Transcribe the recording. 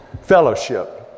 fellowship